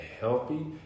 healthy